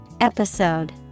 Episode